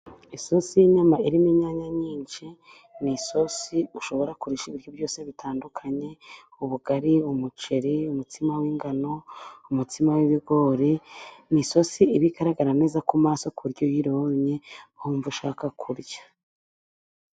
Isosi y'inyama irimo inyanya nyinshi, ni isosi ushobora kurisha ibiryo byose bitandukanye ubugari, umuceri, umutsima w'ingano, umutsima w'ibigori. ni isosi iba igaragara neza ku maso ku buryo iyo uyibonye wumva ushaka kurya.